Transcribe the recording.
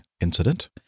incident